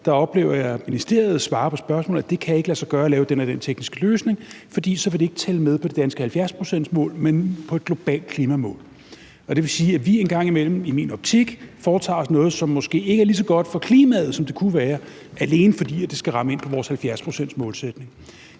jeg oplevet ministeriet svare på spørgsmål, der bliver stillet, at det ikke kan lade sig gøre at lave den og den tekniske løsning, for det vil ikke tælle med i det danske 70-procentsmål, men i et globalt klimamål. Det vil sige, at vi en gang imellem i min optik foretager os noget, som måske ikke er lige så godt for klimaet, som det kunne være, alene fordi det skal passe ind i vores 70-procentsmålsætning.